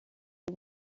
uyu